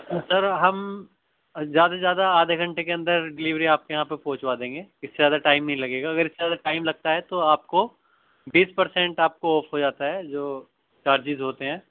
سر ہم زیادہ سے زیادہ آدھے گھنٹے کے اندر ڈیلیوری آپ کے یہاں پہ پہنچوا دیں گے اِس سے زیادہ ٹائم نہیں لگے گا اگر اِس سے زیادہ ٹائم لگتا ہے تو آپ کو بیس پرسینٹ آپ کو آف ہو جاتا ہے جو چارجز ہوتے ہیں